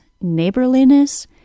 NEIGHBORLINESS